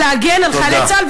להגן על חיילי צה"ל תודה.